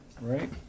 right